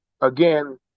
again